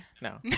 No